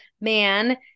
man